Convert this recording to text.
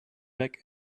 back